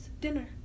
dinner